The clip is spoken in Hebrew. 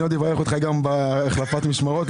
אני עוד אברך אותך גם בהחלפת המשמרות,